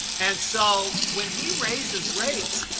and so when he raises rates,